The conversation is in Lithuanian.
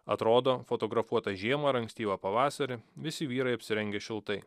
atrodo fotografuota žiemą ar ankstyvą pavasarį visi vyrai apsirengę šiltai